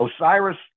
Osiris